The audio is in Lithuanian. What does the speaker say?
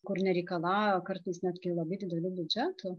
kur nereikalauja kartais netgi labai didelių biudžetų